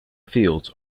fields